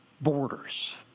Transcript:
borders